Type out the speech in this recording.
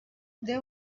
there